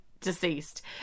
Deceased